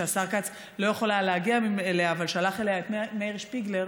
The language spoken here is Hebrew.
שהשר כץ לא יכול היה להגיע אליה אבל שלח אליה את מאיר שפיגלר,